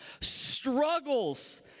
struggles